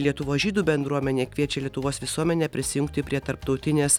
lietuvos žydų bendruomenė kviečia lietuvos visuomenę prisijungti prie tarptautinės